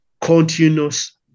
continuous